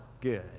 good